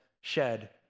shed